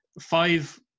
five